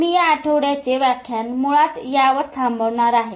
मी या आठवड्याचे व्याख्यान मुळात यावर थांबवणार आहे आहे